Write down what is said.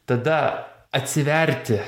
tada atsiverti